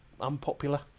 Unpopular